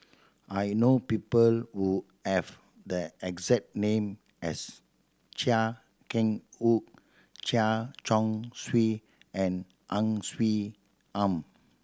I know people who have the exact name as Chia Keng Hock Chen Chong Swee and Ang Swee Aun